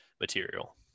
material